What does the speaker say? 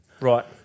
Right